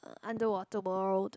underwater world